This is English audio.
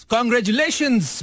Congratulations